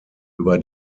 über